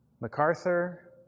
MacArthur